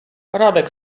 radek